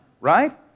right